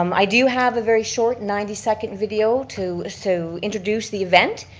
um i do have a very short ninety second video to so introduce the event.